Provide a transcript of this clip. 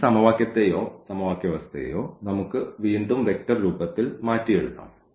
അതിനാൽ ഈ സമവാക്യത്തെയോ സമവാക്യ വ്യവസ്ഥയെയോ നമുക്ക് വീണ്ടും വെക്റ്റർ രൂപത്തിൽ മാറ്റിയെഴുതാം